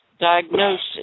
Diagnosis